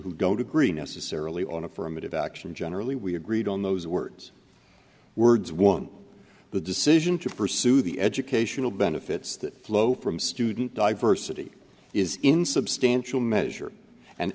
who don't agree necessarily on affirmative action generally we agreed on those words words one the decision to pursue the educational benefits that flow from student diversity is in substantial measure an